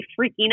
freaking